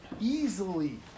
easily